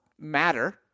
matter –